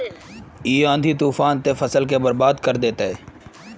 इ आँधी तूफान ते फसल के बर्बाद कर देते?